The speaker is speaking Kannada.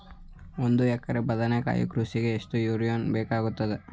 ಒಂದು ಎಕರೆ ಬದನೆಕಾಯಿ ಕೃಷಿಗೆ ಎಷ್ಟು ಯೂರಿಯಾ ಬೇಕಾಗುತ್ತದೆ?